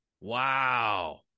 wow